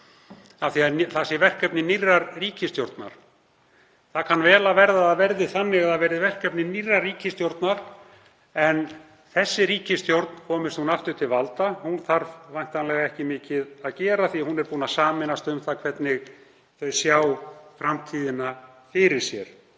það sé verkefni nýrrar ríkisstjórnar. Það kann vel að vera að það verði verkefni nýrrar ríkisstjórnar en þessi ríkisstjórn, komist hún aftur til valda, þarf væntanlega ekki mikið að gera því að þau eru búin að sameinast um það hvernig þau sjá framtíðina fyrir sér.